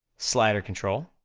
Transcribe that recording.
slider control,